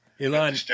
Elon